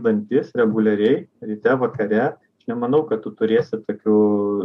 dantis reguliariai ryte vakare nemanau kad tu turėsi tokių